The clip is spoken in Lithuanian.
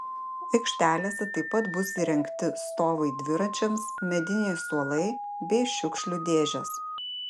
aikštelėse taip pat bus įrengti stovai dviračiams mediniai suolai bei šiukšlių dėžės